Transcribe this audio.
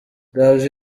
gaju